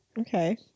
Okay